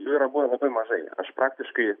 jų yra buvę labai mažai aš praktiškai